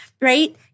right